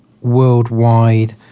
worldwide